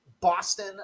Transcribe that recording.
Boston